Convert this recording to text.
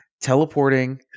Teleporting